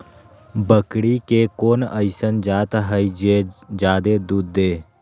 बकरी के कोन अइसन जात हई जे जादे दूध दे?